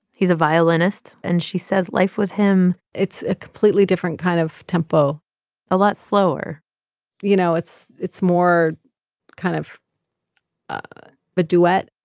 he's a violinist, and she says life with him. it's a completely different kind of tempo a lot slower you know, it's it's more kind of a but duet